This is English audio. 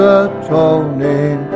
atoning